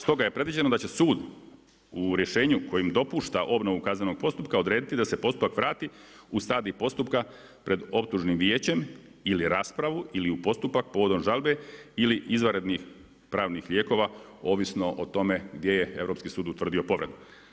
Stoga je predviđeno da će sud u rješavanju kojim dopušta obnovu kaznenog postupka odrediti da se postupak vrati u stadij postupka pred optužnim vijećem ili u raspravu ili u postupak povodom žalbe ili izvanrednih pravnih lijekova, ovisno o tome gdje je Europski sud utvrdio povredu.